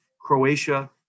Croatia